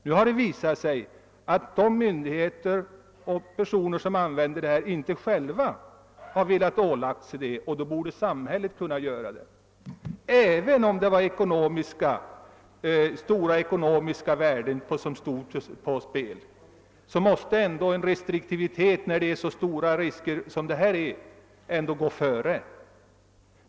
Det har nu visat sig att de myndigheter och personer som använder det aktuella medlet inte själva har velat underkasta sig några inskränkningar, och då borde i stället samhället ålägga dem sådana. Även om stora ekonomiska värden står på spel, måste hänsynen till de stora risker som det gäller gå före.